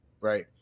right